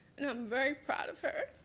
and i'm very proud of her,